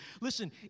Listen